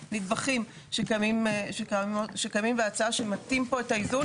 כמה נדבכים שקיימים בהצעה שמטים פה את האיזון